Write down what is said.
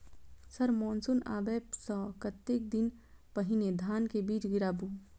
Sir monsoon आबै सऽ कतेक दिन पहिने धान केँ बीज गिराबू?